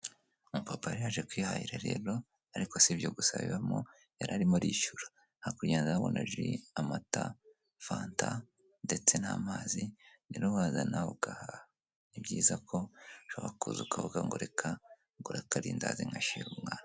Umupapa yari yaje kwihahira rero ariko si ibyo gusa bibamo yari arimo arishyura. Hakurya ndabona ji, amata, fanta ndetse n'amazi. Rero waza nawe ugahaha. Ni byiza ko ushobora kuza ukavuga ngo reka ngukare akarindazi nkashyire umwana.